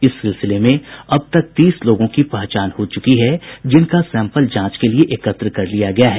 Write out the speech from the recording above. इस सिलसिले में अब तक तीस लोगों की पहचान हो चुकी है जिनका सैंपल जांच के लिये एकत्र कर लिया गया है